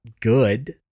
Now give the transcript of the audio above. good